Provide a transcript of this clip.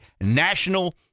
national